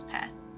pests